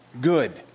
good